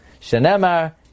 Shenemar